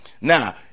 Now